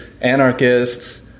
anarchists